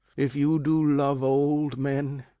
if you do love old men,